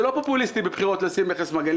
זה לא פופוליסטי בבחירות לשים מכס מגן,